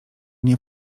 nie